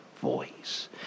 voice